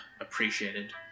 appreciated